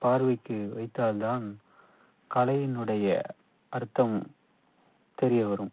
பார்வைக்கு வைத்தால் தான் கலையினுடைய அர்த்தம் தெரிய வரும்